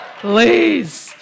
Please